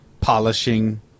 Polishing